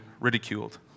ridiculed